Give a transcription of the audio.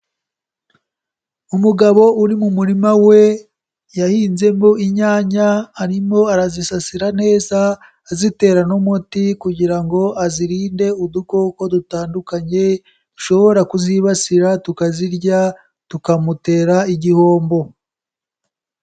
Umugabo uri mu murima we yahinzemo inyanya, arimo arazisasira neza, azitera n'umuti kugira ngo azirinde udukoko dutandukanye dushobora kuzibasira, tukazirya, tukamutera igihombo.